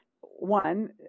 one